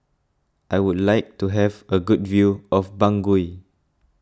I would like to have a good view of Bangui